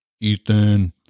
Ethan